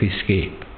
escape